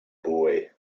boy